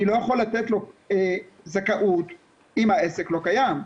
אני לא יכול לתת לו זכאות אם העסק לא קיים,